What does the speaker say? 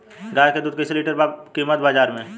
गाय के दूध कइसे लीटर कीमत बा बाज़ार मे?